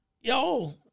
Yo